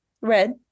Red